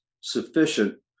sufficient